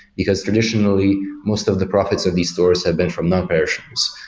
because, traditionally, most of the profits of these stores have been from non-perishables.